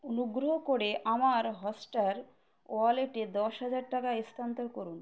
অনুগ্রহ করে আমার হটস্টার ওয়ালেটে দশ হাজার টাকা স্থানান্তর করুন